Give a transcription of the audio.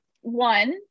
one